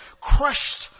crushed